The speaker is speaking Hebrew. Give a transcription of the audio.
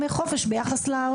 הם כרגע נמצאים על הממוצע,